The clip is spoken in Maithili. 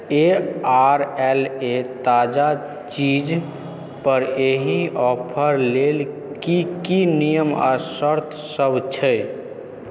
ए आर एल ए ताजा चीज पर एहि ऑफर लेल की की नियम आ शर्त सभ छै